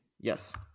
Yes